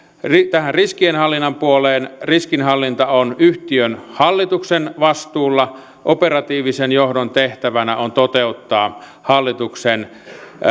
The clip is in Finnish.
tähän riskienhallinnan puoleen riskienhallinta on yhtiön hallituksen vastuulla operatiivisen johdon tehtävänä on toteuttaa hallituksen